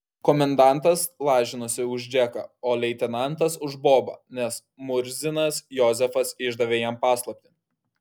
komendantas lažinosi už džeką o leitenantas už bobą nes murzinas jozefas išdavė jam paslaptį